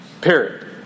Period